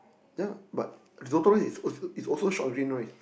yea but Risotto rice is aslo is also short green rice